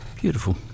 Beautiful